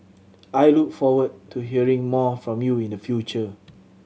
I look forward to hearing more from you in the future